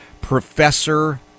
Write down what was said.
Professor